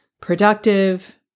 productive